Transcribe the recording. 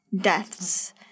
deaths